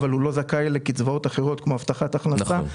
אבל הוא לא זכאי לקצבאות אחרות כמו הבטחת הכנסה.